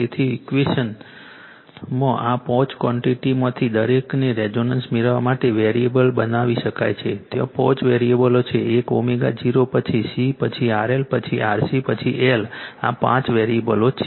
તેથી ઇક્વેશન માં આ પાંચ ક્વૉન્ટીટીઝમાંથી દરેકને રેઝોનન્સ મેળવવા માટે વેરિયેબલ બનાવી શકાય છે ત્યાં પાંચ વેરિયેબલો છે એક ω0 પછી C પછી RL પછી RC પછી L આ પાંચ વેરિયેબલો છે